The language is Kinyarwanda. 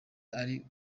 ari